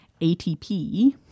ATP